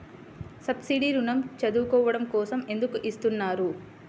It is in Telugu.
సబ్సీడీ ఋణం చదువుకోవడం కోసం ఎందుకు ఇస్తున్నారు?